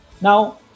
now